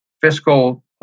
fiscal